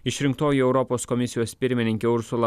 išrinktoji europos komisijos pirmininkė ursula